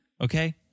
Okay